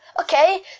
Okay